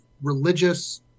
religious